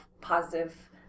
positive